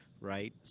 right